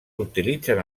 utilitzen